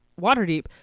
Waterdeep